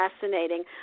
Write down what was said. fascinating